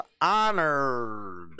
honored